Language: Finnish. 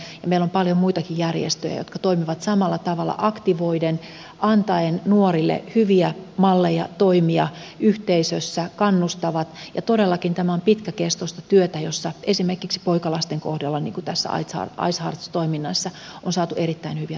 meillä on paljon muitakin järjestöjä jotka toimivat samalla tavalla aktivoiden antaen nuorille hyviä malleja toimia yhteisössä kannustavat ja todellakin tämä on pitkäkestoista työtä jossa esimerkiksi poikalasten kohdalla niin kuin tässä icehearts toiminnassa on saatu erittäin hyviä tuloksia aikaan